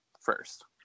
first